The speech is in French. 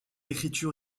écriture